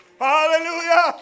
Hallelujah